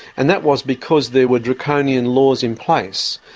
and that was because there were draconian laws in place.